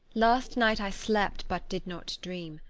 last night i slept, but did not dream.